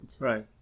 Right